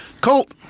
Colt